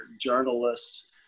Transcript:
journalists